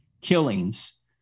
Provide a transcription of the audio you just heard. killings